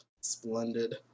Splendid